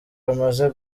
bamaze